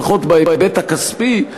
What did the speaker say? לפחות בהיבט הכספי,